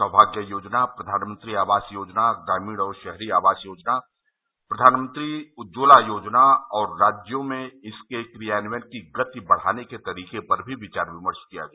सौभाग्य योजना प्रधानमंत्री आवास योजना ग्रामीण और शहरी आवास योजना प्रधानमंत्री उज्जवला योजना और राज्यों में इसके क्रियान्वन की गति बढ़ाने के तरीके पर भी विचार विमर्ष किया गया